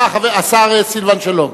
השר סילבן שלום.